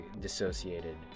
dissociated